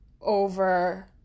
over